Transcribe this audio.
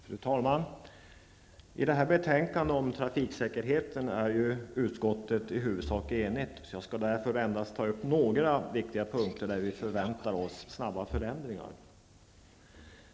Fru talman! I detta betänkande om trafiksäkerheten är utskottet i huvudsak enigt. Jag skall därför ta upp endast några viktiga punkter där vi förväntar oss snabba förändringar.